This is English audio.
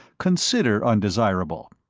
consider undesirable.